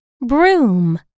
broom